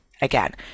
again